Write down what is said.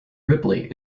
ripley